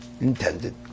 intended